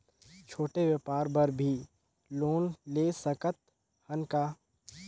छोटे व्यापार बर भी लोन ले सकत हन का?